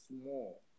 small